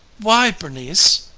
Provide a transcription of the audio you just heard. why bernice!